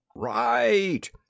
Right